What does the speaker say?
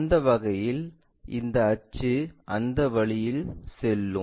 அந்த வகையில் இந்த அச்சு அந்த வழியில் செல்லும்